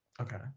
Okay